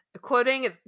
quoting